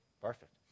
Perfect